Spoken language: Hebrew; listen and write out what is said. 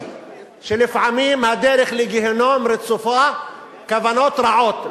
שלפעמים הדרך לגיהינום רצופה כוונות רעות,